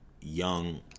young